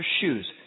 shoes